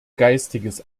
geistiges